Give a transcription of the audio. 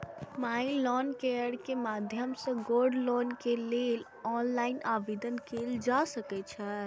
माइ Loan Care के माध्यम सं गोल्ड लोन के लेल ऑनलाइन आवेदन कैल जा सकै छै